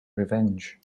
revenge